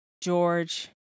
George